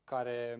Care